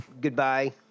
Goodbye